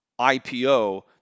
IPO